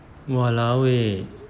!walao! eh